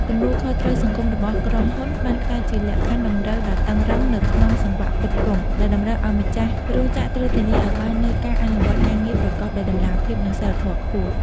ទំនួលខុសត្រូវសង្គមរបស់ក្រុមហ៊ុន បានក្លាយជាលក្ខខណ្ឌតម្រូវដ៏តឹងរ៉ឹងនៅក្នុងសង្វាក់ផ្គត់ផ្គង់ ដែលតម្រូវឱ្យម្ចាស់រោងចក្រត្រូវធានាឱ្យបាននូវការអនុវត្តការងារប្រកបដោយតម្លាភាព និងសីលធម៌ខ្ពស់។